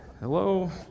Hello